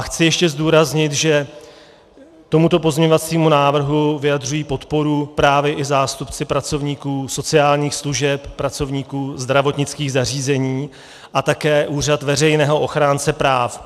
Chci ještě zdůraznit, že tomuto pozměňovacímu návrhu vyjadřují podporu právě i zástupci pracovníků sociálních služeb, pracovníků zdravotnických zařízení a také úřad veřejného ochránce práv.